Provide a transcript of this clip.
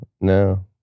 no